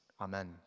Amen